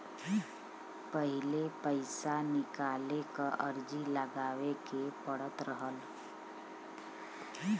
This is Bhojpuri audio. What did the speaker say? पहिले पइसा निकाले क अर्जी लगावे के पड़त रहल